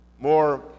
more